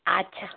আচ্ছা